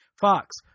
Fox